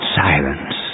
silence